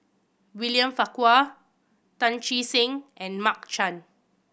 William Farquhar Tan Che Sang and Mark Chan